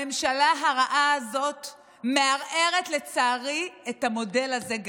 הממשלה הרעה הזאת מערערת, לצערי, גם את המודל הזה.